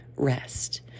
Rest